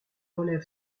relève